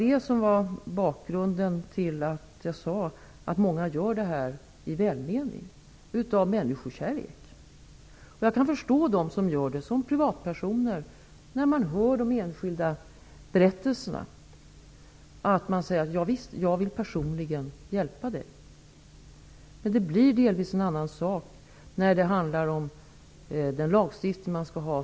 Det var bakgrunden till att jag sade att många gömmer flyktingar i välmening och av människokärlek. Jag kan förstå de privatpersoner som gömmer flyktingar efter att ha hört de enskilda berättelserna. De säger: ''Ja visst, jag vill personligen hjälpa dig.'' Men det blir delvis en annan sak när det handlar om vilken lagstiftning man skall ha.